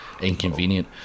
inconvenient